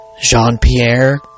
Jean-Pierre